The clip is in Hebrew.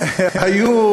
היו,